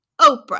Oprah